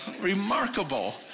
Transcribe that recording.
remarkable